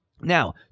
Now